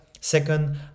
second